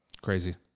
Crazy